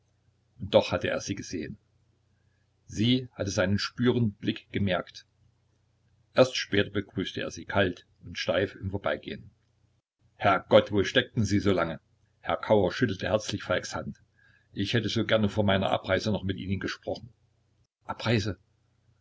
und doch hatte er sie gesehen sie hatte seinen spürenden blick gemerkt erst später begrüßte er sie kalt und steif im vorbeigehen herr gott wo steckten sie so lange herr kauer schüttelte herzlich falks hand ich hätte so gerne vor meiner abreise noch mit ihnen gesprochen abreise